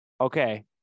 Okay